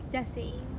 just saying